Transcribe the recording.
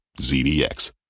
ZDX